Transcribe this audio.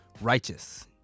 righteous